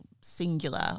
singular